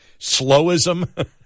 slowism